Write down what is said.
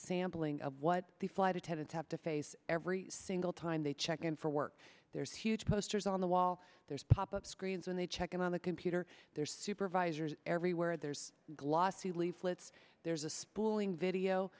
sampling of what the flight attendants have to face every single time they check in for work there's huge posters on the wall there's pop up screens and they check in on the computer there's supervisors everywhere there's glossy leaflets there's a splitting video